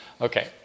Okay